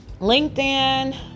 LinkedIn